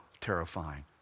terrifying